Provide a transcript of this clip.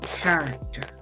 character